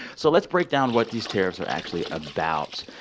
so let's break down what these tariffs are actually about.